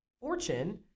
fortune